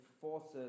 forces